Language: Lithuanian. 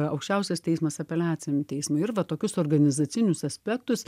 aukščiausias teismas apeliaciniam teismui ir va tokius organizacinius aspektus